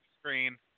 screen